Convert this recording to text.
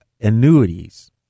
annuities